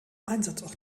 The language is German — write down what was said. einsatzort